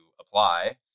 apply